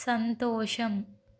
సంతోషం